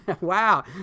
wow